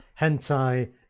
hentai